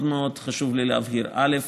מאוד מאוד חשוב לי להבהיר: א.